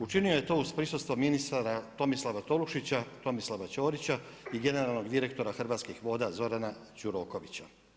Učinio je to uz prisustvo ministara Tomislava Tolušića, Tomislava Ćorića i generalnog direktora Hrvatskih voda Zorana Đurokovića.